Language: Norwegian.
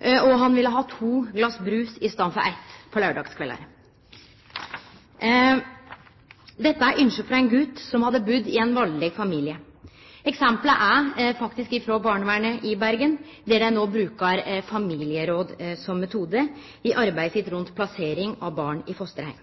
igjen. Han ville ha to glas brus i staden for eitt på laurdagskveldar. Dette var ynske frå ein gut som hadde budd i ein valdeleg familie. Eksemplet er faktisk frå barnevernet i Bergen, der dei no brukar familieråd som metode i arbeidet med plassering av barn i fosterheim.